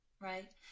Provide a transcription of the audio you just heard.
right